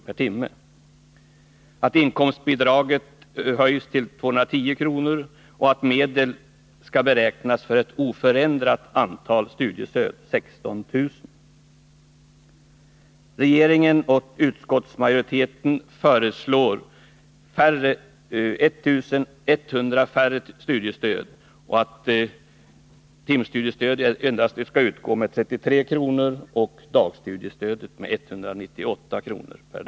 per timme och inkomstbidraget till 210 kr., och att medel skall beräknas för ett oförändrat antal dagstudiestöd, 16 000. Regeringen och utskottsmajoriteten föreslår 1 100 färre studiestöd. Vidare föreslår man att timstudiestödet skall utgå med endast 33 kr. och dagstudiestödet med 198 kr. per dag.